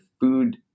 food